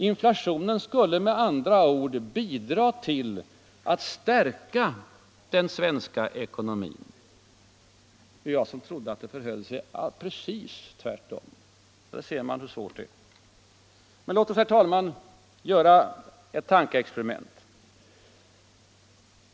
Inflationen skulle med andra ord bidra till att stärka den svenska ekonomin. Och jag som trodde att det förhöll sig precis tvärtom. Där ser man hur svårt det här är. Låt oss, herr talman, göra ett tankeexperiment.